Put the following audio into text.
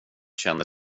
känner